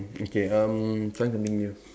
okay um trying something new